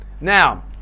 Now